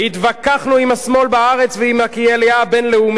התווכחנו עם השמאל בארץ, ועם הקהילה הבין-לאומית,